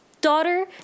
daughter